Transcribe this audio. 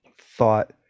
thought